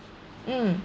mm